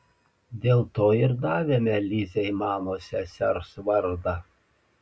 dėl to ir davėme lizei mano sesers vardą